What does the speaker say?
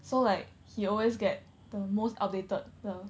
so like he always get the most updated 的